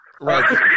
right